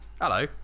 Hello